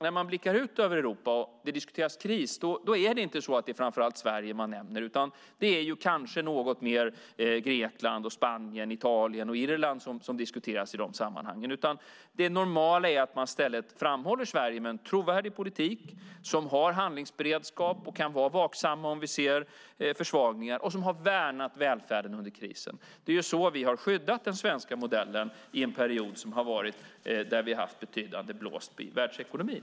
När man blickar ut över Europa och det diskuteras kris är det inte framför allt Sverige man nämner, utan det är mer Grekland, Spanien, Italien och Irland som diskuteras i de sammanhangen. Det normala är att man i stället framhåller Sverige med en trovärdig politik, att vi har handlingsberedskap, kan vara vaksamma om vi ser försvagningar och har värnat välfärden under krisen. Det är så vi har skyddat den svenska modellen i en period där vi har haft betydande blåst i världsekonomin.